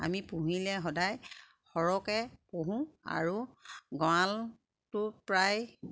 আমি পুহিলে সদায় সৰহকে পুহোঁ আৰু গঁৰালটো প্ৰায়